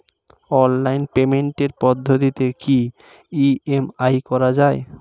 Online পেমেন্টের পদ্ধতিতে কি ই.এম.আই করা যায়?